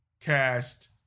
cast